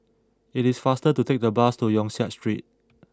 it is faster to take the bus to Yong Siak Street